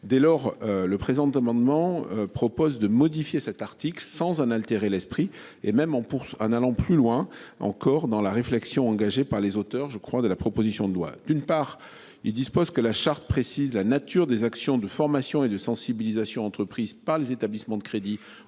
dès lors le présent amendement propose de modifier cet article sans en altérer l'esprit et même en pour en allant plus loin encore dans la réflexion engagée par les auteurs, je crois, de la proposition de loi, d'une part il dispose que la charte précise la nature des actions de formation et de sensibilisation entreprise par les établissements de crédit